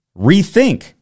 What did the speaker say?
rethink